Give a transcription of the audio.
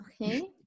Okay